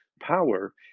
power